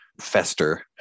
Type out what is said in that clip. fester